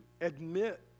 admit